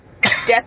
Death